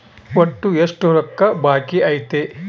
ಒಟ್ಟು ಎಷ್ಟು ರೊಕ್ಕ ಬಾಕಿ ಐತಿ?